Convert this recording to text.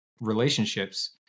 relationships